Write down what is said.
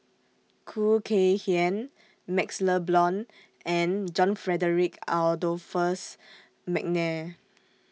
Khoo Kay Hian MaxLe Blond and John Frederick Adolphus Mcnair